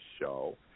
show